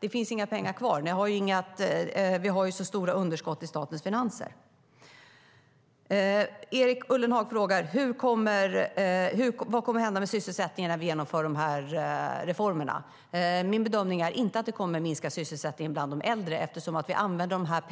Det finns inga pengar kvar, och det är stora underskott i statens finanser. Erik Ullenhag undrade vad som kommer att hända med sysselsättningen när vi genomför reformerna. Min bedömning är att sysselsättningen inte kommer att minska bland de äldre.